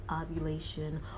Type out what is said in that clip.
ovulation